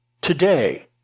today